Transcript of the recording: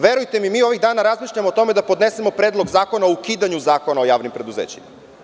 Verujte mi, mi ovih dana razmišljamo o tome da podnesemo predlog zakona o ukidanju Zakona o javnim preduzećima.